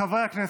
חברי הכנסת,